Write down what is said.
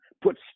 put